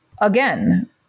again